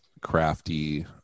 crafty